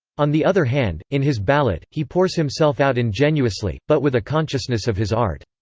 on the other hand, in his ballate, he pours himself out ingenuously, but with a consciousness of his art.